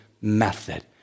method